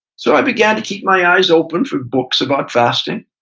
so, i began to keep my eyes open for books about fasting.